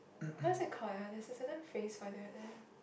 what it's called ah there's a certain phrase for it ya